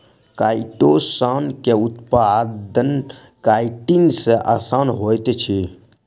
chitosan के उत्पादन chitin सॅ आसान होइत अछि